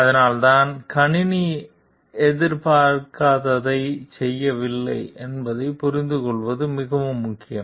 அதனால்தான் கணினி எதிர்பார்க்காததைச் செய்யவில்லை என்பதைப் புரிந்துகொள்வது மிகவும் முக்கியம்